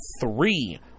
three